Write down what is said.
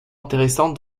intéressante